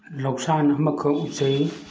ꯂꯧꯁꯥꯟ ꯑꯃꯈꯛ ꯎꯖꯩ